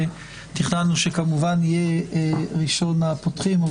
תכננו שהוא יהיה ראשון הפותחים.